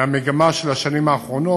מהמגמה של השנים האחרונות,